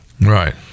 right